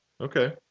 okay